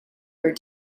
were